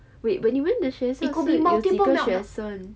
wait but 你们的学校是有几个学生